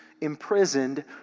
imprisoned